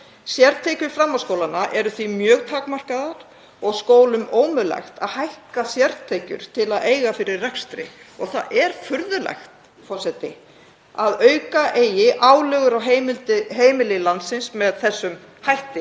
Sértekjur framhaldsskólanna eru því mjög takmarkaðar og skólum ómögulegt að hækka sértekjur til að eiga fyrir rekstri. Það er furðulegt, forseti, að auka eigi álögur á heimili landsins með þessum hætti